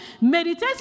meditate